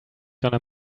gonna